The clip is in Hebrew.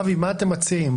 אבי, מה אתם מציעים?